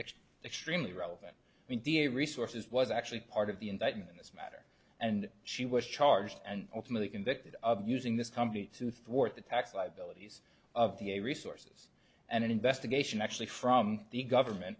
actually extremely relevant media resources was actually part of the indictment in this matter and she was charged and ultimately convicted of using this company to thwart the tax liabilities of the resources and an investigation actually from the government